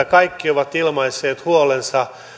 kaikki ovat ilmaisseet huolensa